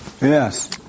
Yes